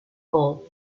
falls